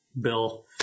Bill